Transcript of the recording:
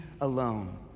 alone